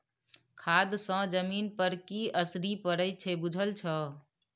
खाद सँ जमीन पर की असरि पड़य छै बुझल छौ